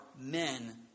men